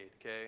okay